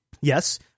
Yes